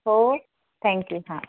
हो थँक्यू हां